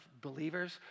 believers